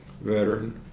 veteran